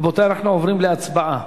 רבותי, אנחנו עוברים להצבעה